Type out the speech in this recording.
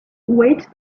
wait